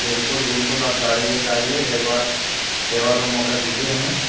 بالکل بالکل آپ گاڑی لے کے آئیے ایک بار سیوا کا موقع دیجیے ہمیں